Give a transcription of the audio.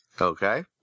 Okay